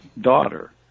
daughter